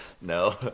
No